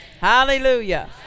Hallelujah